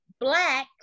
black